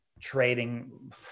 Trading